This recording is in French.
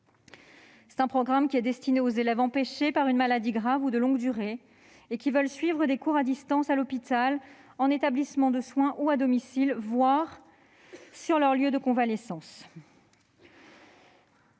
Ce programme est destiné aux élèves empêchés par une maladie grave ou de longue durée et désireux de suivre des cours à distance à l'hôpital, en établissement de soins ou à domicile, voire sur leur lieu de convalescence.